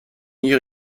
nie